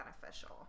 beneficial